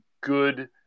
good